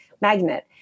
magnet